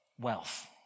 Wealth